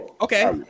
Okay